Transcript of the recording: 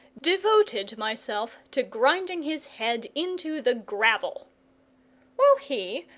devoted myself to grinding his head into the gravel while he,